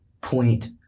point